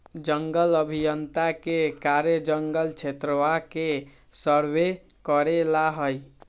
जंगल अभियंता के कार्य जंगल क्षेत्रवा के सर्वे करे ला हई